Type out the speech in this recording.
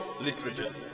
literature